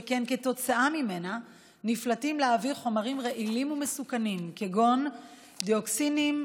שכן כתוצאה ממנה נפלטים לאוויר חומרים רעילים ומסוכנים כגון דיאוקסינים,